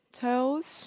toes